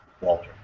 Walter